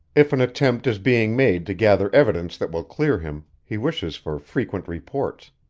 if an attempt is being made to gather evidence that will clear him, he wishes for frequent reports,